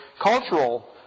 cultural